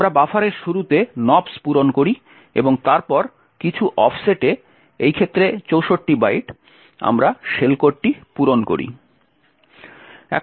আমরা বাফারের শুরুতে nops পূরণ করি এবং তারপর কিছু অফসেটে এই ক্ষেত্রে 64 বাইট আমরা শেল কোডটি পূরণ করি